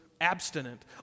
abstinent